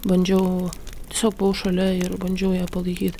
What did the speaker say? bandžiau tiesiog buvau šalia ir bandžiau ją palaikyt